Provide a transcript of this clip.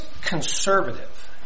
conservative